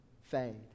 fade